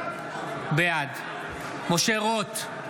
בעד משה רוט,